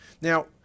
Now